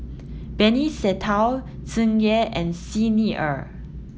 Benny Se Teo Tsung Yeh and Xi Ni Er